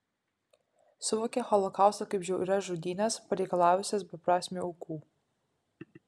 suvokia holokaustą kaip žiaurias žudynes pareikalavusias beprasmių aukų